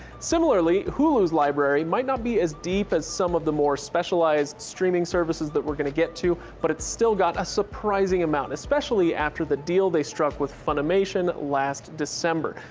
similarly, hulu's library might not be as deep as some of the more specialized streaming services that we're gonna get to, but it's still got a surprising amount, especially after the deal they struck with funimation last december,